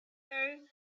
though